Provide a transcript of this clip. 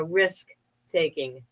risk-taking